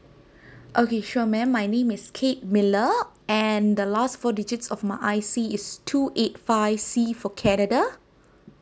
okay sure ma'am my name is kate miller and the last four digits of my I_C is two eight five C for canada